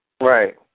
Right